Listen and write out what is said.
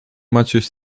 maciuś